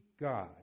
God